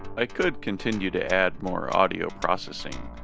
i could continue to add more audio processing,